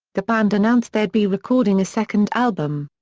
the band announced they'd be recording a second album.